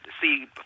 see